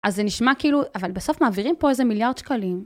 אז זה נשמע כאילו אבל בסוף מעבירים פה איזה מיליארד שקלים.